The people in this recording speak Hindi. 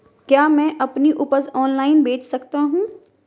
क्या मैं अपनी उपज ऑनलाइन बेच सकता हूँ?